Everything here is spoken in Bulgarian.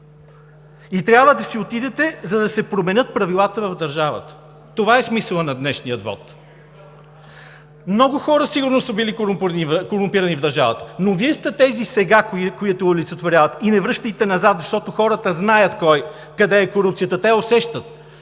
И трябва да си отидете, за да се променят правилата в държавата! Това е смисълът на днешния вот! Много хора сигурно са били корумпирани в държавата, но Вие сте тези сега, които я олицетворяват. Не връщайте назад, защото хората знаят къде е корупцията. Те я усещат.